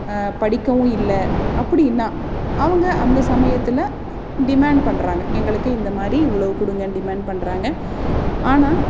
படிக்கவும் இல்லை அப்படினா அவங்க அந்த சமயத்தில் டிமேண்ட் பண்றாங்க எங்களுக்கு இந்த மாதிரி இவ்வளோ கொடுங்க டிமேண்ட் பண்றாங்க ஆனால்